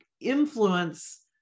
influence